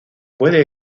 pueden